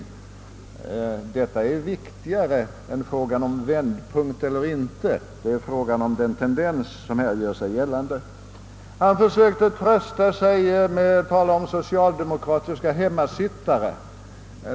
Viktigare än frågan om vändpunkt eller inte är alltså den tendens som här gör sig gällande. Herr Erlander försökte också trösta sig genom att tala om socialdemokraternas hemmasittare.